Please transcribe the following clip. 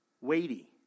weighty